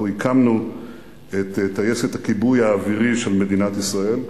אנחנו הקמנו את טייסת הכיבוי האווירי של מדינת ישראל,